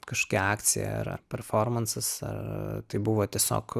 kažkokia akcija ar performansas ar tai buvo tiesiog